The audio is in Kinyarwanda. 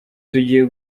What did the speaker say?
tugiye